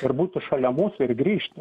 ir būtų šalia mūsų ir grįžtų